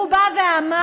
הוא בא ואמר: